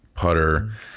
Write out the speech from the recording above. putter